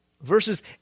Verses